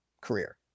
career